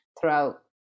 throughout